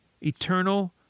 Eternal